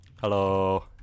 Hello